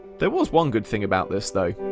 there was one good thing about this though